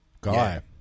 guy